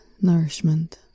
nourishment